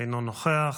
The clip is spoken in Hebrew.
אינו נוכח.